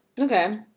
okay